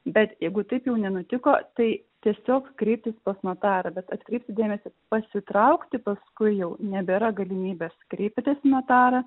bet jeigu taip nenutiko tai tiesiog kreiptis pas notarą bet atkreipti dėmesį pasitraukti paskui jau nebėra galimybės kreipiatės į notarą